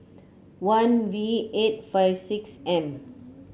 one V eight five six M